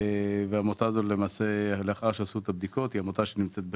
העמותה הזאת נמצאת בחיפה.